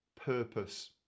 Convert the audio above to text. purpose